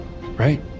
right